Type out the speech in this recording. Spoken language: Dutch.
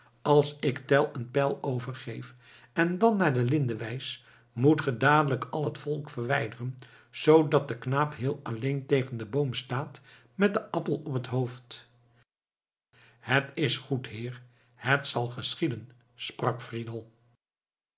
als ik tell een pijl overgeef en dan naar de linde wijs moet ge dadelijk al het volk verwijderen zoodat de knaap heel alleen tegen den boom staat met den appel op het hoofd het is goed heer het zal geschieden sprak friedel